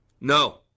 No